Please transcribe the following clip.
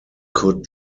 could